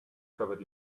covered